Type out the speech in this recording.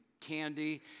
candy